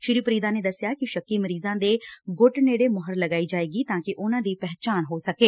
ਸ੍ਰੀ ਪਰਿਦਾ ਨੇ ਦਸਿਆ ਕਿ ਸ਼ੱਕੀ ਮਰੀਜ਼ਾਂ ਦੇ ਗੁੱਟ ਲਾਗੇ ਮੋਹਰ ਲਗਾਈ ਜਾਏਗੀ ਤਾਂ ਕਿ ਉਨੁਾਂ ਦੀ ਪਹਿਚਾਣ ਹੋ ਸਕੇ